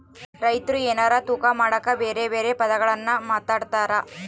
ರೈತ್ರು ಎನಾರ ತೂಕ ಮಾಡಕ ಬೆರೆ ಬೆರೆ ಪದಗುಳ್ನ ಮಾತಾಡ್ತಾರಾ